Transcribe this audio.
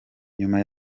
nyuma